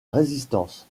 résistance